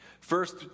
First